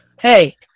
hey